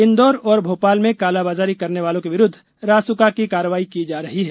इंदौर और भो ाल में कालाबाजारी करने वालों के विरुदध रासुका की कार्रवाई की जा रही है